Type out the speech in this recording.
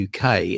UK